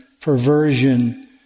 perversion